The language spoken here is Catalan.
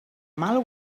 mal